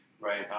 right